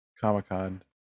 Comic-Con